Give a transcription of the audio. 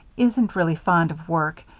isn't really fond of work,